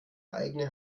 eigene